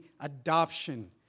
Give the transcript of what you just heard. adoption